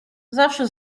zawsze